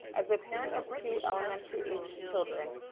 as the parent of two elementary aged children,